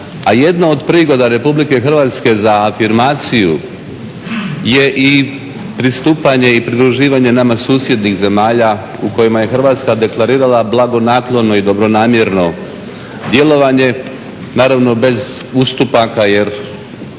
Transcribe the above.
a jedna od prigoda RH za afirmaciju je i pristupanje i pridruživanje nama susjednih zemalja u kojima je Hrvatska deklarirala blagonaklono i dobronamjerno djelovanje, naravno bez ustupaka jer